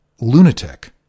lunatic